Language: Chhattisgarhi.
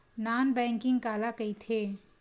नॉन बैंकिंग काला कइथे?